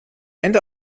ende